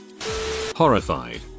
Horrified